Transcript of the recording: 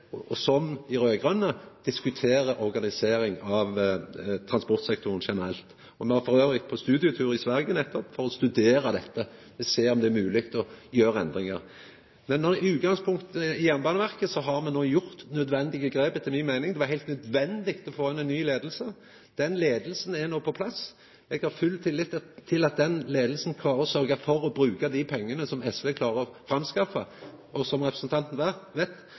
at SV, som dei raud-grøne, diskuterer organisering av transportsektoren generelt. Me har elles vore på studietur i Sverige nettopp for å studera dette; for å sjå om det er mogleg å gjera endringar. I Jernbaneverket har me no gjort nødvendige grep, etter mi meining. Det var heilt nødvendig å få inn ei ny leiing. Den leiinga er no på plass. Eg har full tillit til at den leiinga klarer å sørgja for å bruka dei pengane som SV klarer å framskaffa, og som representanten veit: